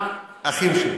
אחים שלי.